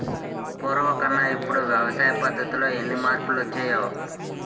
పూర్వకన్నా ఇప్పుడు వ్యవసాయ పద్ధతుల్లో ఎన్ని మార్పులొచ్చాయో